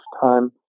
time